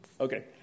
Okay